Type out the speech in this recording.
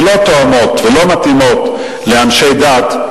שלא תואמות ולא מתאימות לאנשי דת,